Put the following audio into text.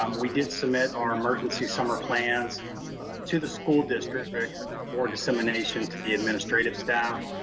um we did submit our emergency summer plans to the school district for dissemination to the administrative staff.